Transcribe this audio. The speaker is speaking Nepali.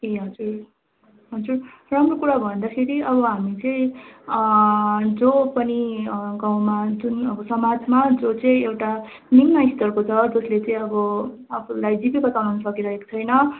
ए हजुर हजुर राम्रो कुरा भन्दाखेरि अब हामी चाहिँ जो पनि गाउँमा जुन अब समाजमा जो चाहिँ एउटा निम्नस्तरको छ जसले चाहिँ अब आफूलाई जीबिका चलाउनु सकिरहेको छैन